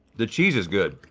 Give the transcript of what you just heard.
the cheese is good.